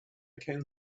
can